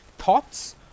Thoughts